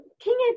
King